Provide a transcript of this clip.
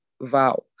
vow